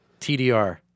TDR